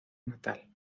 natal